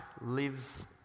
lives